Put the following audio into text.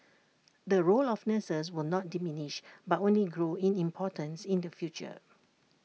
the role of nurses will not diminish but only grow in importance in the future